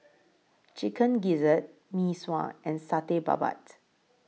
Chicken Gizzard Mee Sua and Satay Babat